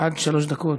עד שלוש דקות,